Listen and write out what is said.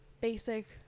basic